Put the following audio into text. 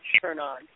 turn-on